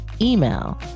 email